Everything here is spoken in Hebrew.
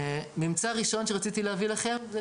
הממצא הראשון שרציתי להביא לכם הוא,